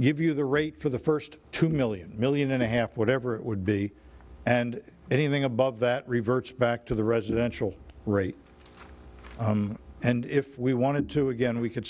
give you the rate for the first two million million and a half whatever it would be and anything above that reverts back to the residential rate and if we wanted to again we could